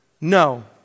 No